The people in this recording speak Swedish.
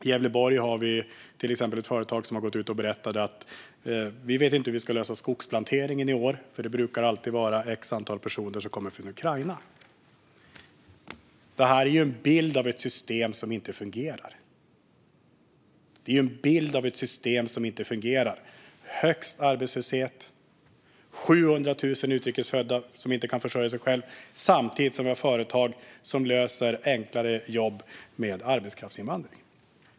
I Gävleborg har vi till exempel ett företag som har gått ut och berättat att man inte vet hur man ska lösa skogsplanteringen i år. Det brukar alltid vara så och så många personer som kommer från Ukraina. Detta är en bild av ett system som inte fungerar: tredje högsta arbetslösheten, 700 000 utrikes födda som inte kan försörja sig själva och samtidigt företag som löser enklare jobb med arbetskraftsinvandring.